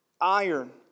iron